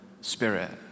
spirit